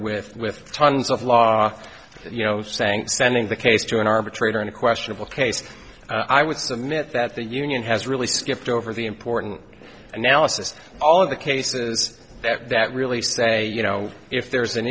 with with tons of law you know saying sending the case join arbitrator in a questionable case i would submit that the union has really skipped over the important analysis all of the cases that really say you know if there's an